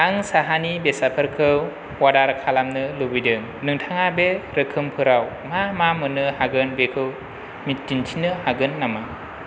आं साहानि बेसादफोरखौ अर्डार खालामनो लुबैदों नोंथाङा बे रोखोमफोराव मा मा मोन्नो हागोन बेखौ दिन्थिनो हागोन नामा